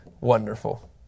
Wonderful